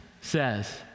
says